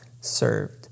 served